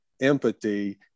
empathy